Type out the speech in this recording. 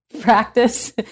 practice